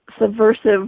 subversive